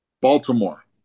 baltimore